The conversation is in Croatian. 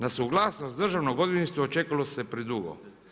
Na suglasnost Državnog odvjetništva čekalo se predugo.